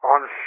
on